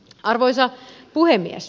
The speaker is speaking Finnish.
arvoisa puhemies